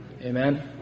amen